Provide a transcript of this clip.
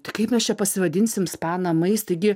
tai kaip mes čia pasivadinsim spa namais taigi